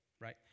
right